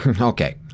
Okay